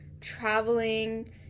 traveling